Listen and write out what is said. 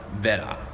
better